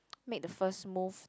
make the first move